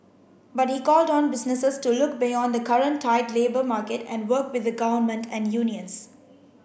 but he called on businesses to look beyond the current tight labour market and work with the Government and unions